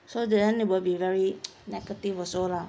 so that [one] will be very negative also lah